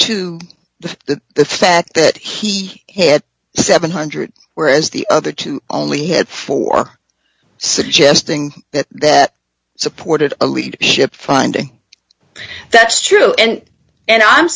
to the fact that he had seven hundred whereas the other two only had four suggesting that that supported a leadership finding that's true and and i'm